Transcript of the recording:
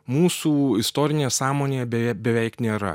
mūsų istorinėje sąmonėje beje beveik nėra